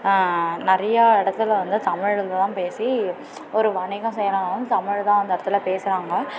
நிறையா இடத்துல வந்து தமிழ் வந்து தான் பேசி ஒரு வணிகம் செய்கிறாங்கனாலும் தமிழ் தான் அந்த இடத்துல பேசுகிறாங்க